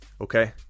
Okay